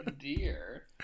dear